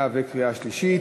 ובקריאה שלישית.